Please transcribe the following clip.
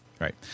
right